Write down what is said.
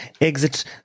exit